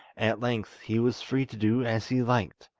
at length he was free to do as he liked,